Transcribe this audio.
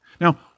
Now